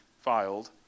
filed